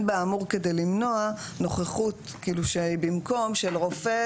באמור כדי למנוע נוכחות במקום של רופא,